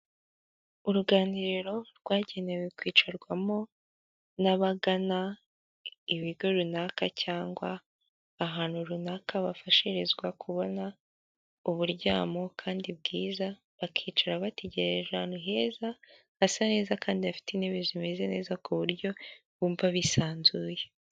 Uruganiriro rwagenewe kwicarwamo n'abagana ibigo runaka cyangwa ahantu runaka bafashirizwa kuburyamo, kandi bwiza bakicara bategereje ahantu heza hasa neza kandi bafite intebe zimeze neza ku buryo bumva bisanzuye.